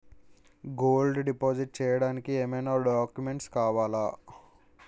Gold deposit చేయడానికి ఏమైనా documents కావాలా?